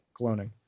cloning